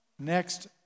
next